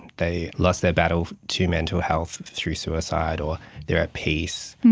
they lost their battle to mental health through suicide, or they are at peace,